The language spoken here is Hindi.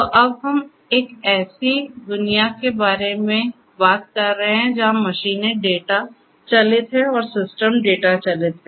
तो अब हम एक ऐसी दुनिया के बारे में बात कर रहे हैं जहाँ मशीनें डेटा चालित हैं सिस्टम डेटा चालित हैं